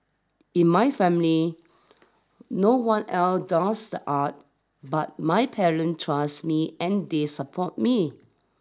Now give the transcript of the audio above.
in my family no one else does the art but my parents trust me and they support me